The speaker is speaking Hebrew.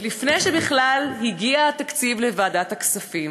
עוד לפני שבכלל הגיע התקציב לוועדת הכספים.